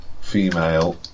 female